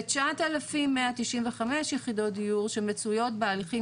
ו- 9,195 יחידות דיור שמצויות בהליכים